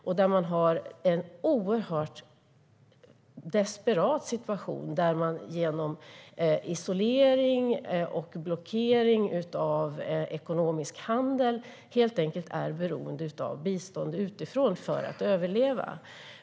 De är i en oerhört desperat situation där de på grund av isolering och blockering av ekonomisk handel helt enkelt är beroende av bistånd utifrån för att överleva.